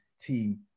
team